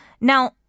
Now